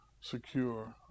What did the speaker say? secure